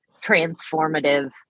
transformative